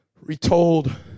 retold